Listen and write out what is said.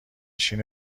نشین